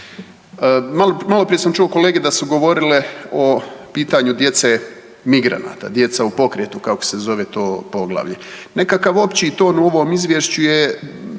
Malo prije sam čuo kolege da su govorile o pitanju djece migranata, djeca u pokretu kako se zove to poglavlje. Nekakav opći ton u ovom izvješću je